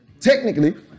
Technically